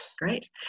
Great